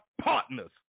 partners